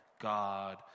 God